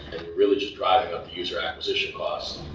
really just driving up the user acquisition costs.